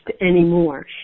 anymore